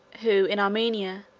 who, in armenia,